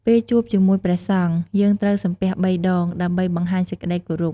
ពេលជួបជាមួយព្រះសង្ឃ យើងត្រូវសំពះបីដង ដើម្បីបង្ហាញសេចក្ដីគោរព។